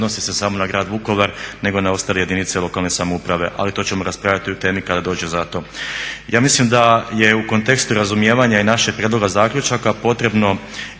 odnosi se smo na Grad Vukovar nego i na ostale jedinice lokalne samouprave, ali to ćemo raspravljati u temi kada dođe za to. Ja mislim da u kontekstu razumijevanja i našeg prijedloga zaključaka potrebno